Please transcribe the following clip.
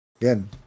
again